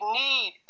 need